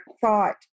thought